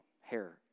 hair